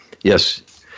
Yes